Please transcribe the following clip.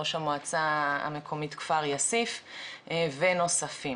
ראש המועצה המקומית כפר יאסיף ונוספים.